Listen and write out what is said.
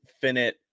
finite